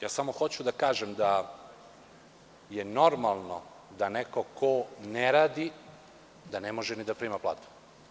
Samo hoću da kažem da je normalno da neko ko ne radi da ne može ni da prima platu.